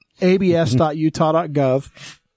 abs.utah.gov